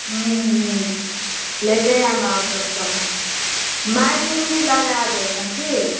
ह्म्म ह्म्म लेने आइम आओर सभ सामान माइक उक भी लगा देब हम की